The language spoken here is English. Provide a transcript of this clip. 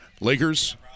Lakers